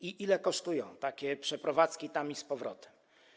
Ile kosztują takie przeprowadzki tam i z powrotem?